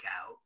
out